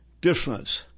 difference